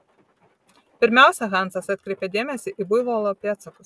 pirmiausia hansas atkreipė dėmesį į buivolo pėdsakus